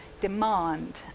demand